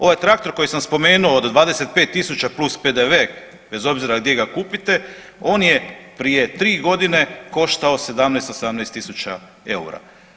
Ovaj traktor koji sam spomenuo od 25000 plus PDV bez obzira gdje ga kupite on je prije tri godine koštao 17, 18000 eura.